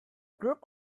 group